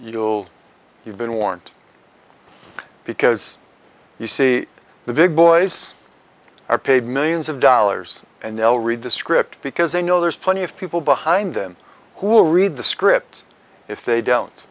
you'll you've been warned because you see the big boys are paid millions of dollars and they'll read the script because they know there's plenty of people behind them who will read the script if they don't